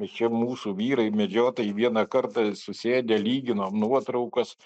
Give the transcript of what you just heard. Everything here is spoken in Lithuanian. čia mūsų vyrai medžiotojai vieną kartą susėdę lyginom nuotraukas